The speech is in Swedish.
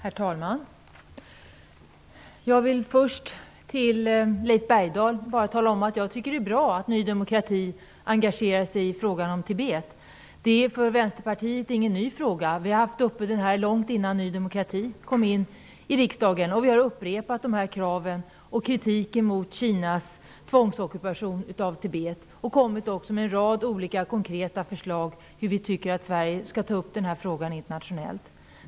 Herr talman! Jag vill först säga till Leif Bergdahl att det är bra att Ny demokrati engagerar sig i frågan om Tibet. Det är ingen ny fråga för Vänsterpartiet. Vi har haft den frågan uppe långt innan Ny demokrati kom in i riksdagen. Vi har upprepat våra krav och kritiken mot Kinas tvångsockupation av Tibet. Vi har också kommit med en rad olika konkreta förslag till hur vi tycker att Sverige skall ta upp frågan internationellt.